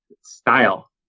style